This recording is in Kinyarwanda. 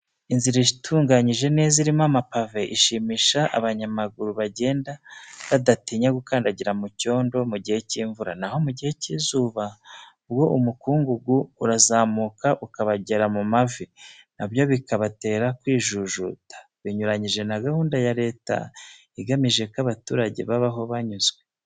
Inzira itunganije neza irimo amapave ishimisha abanyamaguru bagenda badatinya gukandagira mu cyondo mu gihe cy'imvura, na ho mu gihe cy'izuba bwo umukungugu urazamuka ukabagera mu mavi, na byo bikabatera kwijujuta; binyuranyije na gahunda ya Leta igamije ko abaturage babaho banyuzwe.